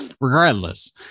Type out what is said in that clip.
regardless